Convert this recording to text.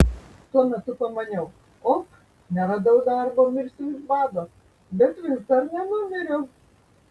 tuo metu pamaniau ok neradau darbo mirsiu iš bado bet vis dar nenumiriau